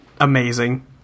Amazing